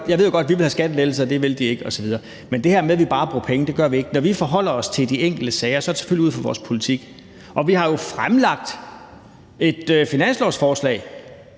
jeg ved jo godt, at vi vil have skattelettelser, og at det vil de ikke, osv. Men til det her med, at vi bare bruger penge, vil jeg sige, at det gør vi ikke. Når vi forholder os til de enkelte sager, er det selvfølgelig ud fra vores politik, og vi har jo fremlagt et finanslovsforslag